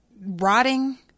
rotting